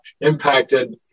impacted